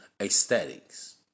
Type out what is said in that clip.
aesthetics